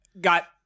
got